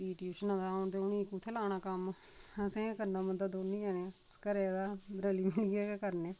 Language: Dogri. फ्ही टयुशनां दा औन ते फ्ही कुत्थैं लाना उ'नें कम्म असें गै करना पौंदा दोन्ने जने घरा दा रली मीलियै गै करने